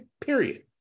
Period